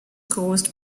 caused